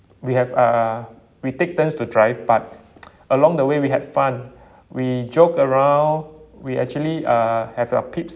we have uh we take turns to drive but along the way we had fun we joke around we actually uh have uh pit